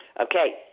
Okay